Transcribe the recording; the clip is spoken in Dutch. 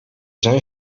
zijn